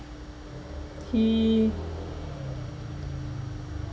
he